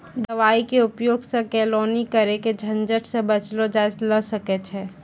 दवाई के उपयोग सॅ केलौनी करे के झंझट सॅ बचलो जाय ल सकै छै